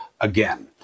again